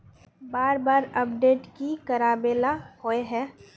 बार बार अपडेट की कराबेला होय है?